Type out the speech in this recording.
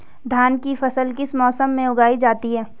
धान की फसल किस मौसम में उगाई जाती है?